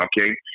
okay